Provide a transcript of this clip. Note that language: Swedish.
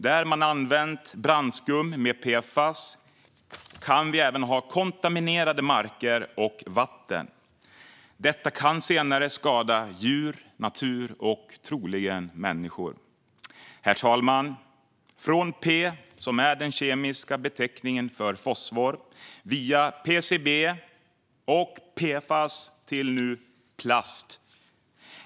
Där man använt brandskum med PFAS kan marker och vatten vara kontaminerade. Detta kan senare skada djur, natur och troligen människor. Herr talman! Från P, som är den kemiska beteckningen för fosfor, via PCB och PFAS till P som i plast.